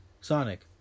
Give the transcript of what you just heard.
Sonic